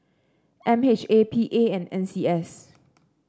M H A P A and N C S